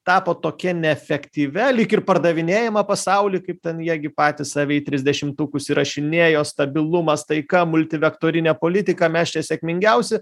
tapo tokia neefektyvia lyg ir pardavinėjama pasauly kaip ten jie gi patys save į trisdešimtukus įrašinėjo stabilumas taika multivektorinė politika mes čia sėkmingiausi